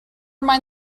mind